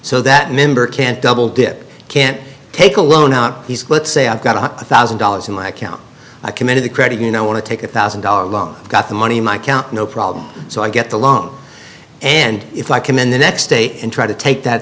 so that member can't double dip can't take a loan out he's clipped say i've got a thousand dollars in my account i committed the credit you know want to take a thousand dollar loan got the money in my count no problem so i get the loan and if i come in the next day and try to take that